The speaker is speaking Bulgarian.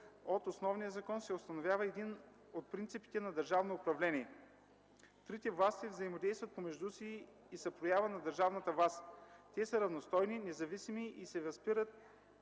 от Основния закон установява един от принципите на държавното управление. Трите власти взаимодействат помежду си и са проява на държавната власт. Те са равностойни, независими и се възпират